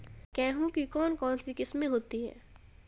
गेहूँ की कौन कौनसी किस्में होती है?